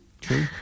True